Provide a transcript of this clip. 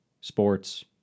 sports